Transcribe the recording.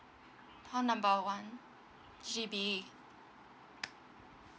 call number one H_D_B